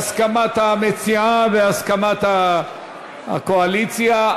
בהסכמת המציעה ובהסכמת הקואליציה,